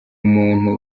umuntu